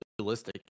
realistic